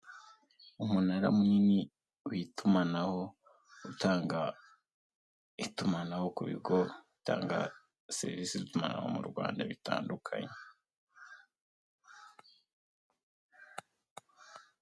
Umunara munini, w 'itumanaho, utanga itumanaho ku bigo utanga serivi z'itumanaho mu Rwanda bitandukanye.